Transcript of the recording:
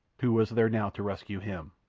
who was there now to rescue him?